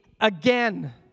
again